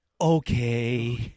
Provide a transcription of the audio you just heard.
Okay